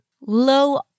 low